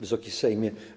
Wysoki Sejmie!